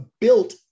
built